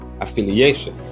affiliation